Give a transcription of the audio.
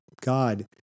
god